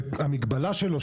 המגבלה שלו,